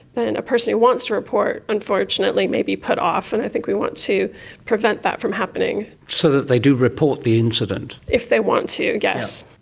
then a person who wants to report unfortunately may be put off and i think we want to prevent that from happening. so that they do report the incident. if they want to, yes.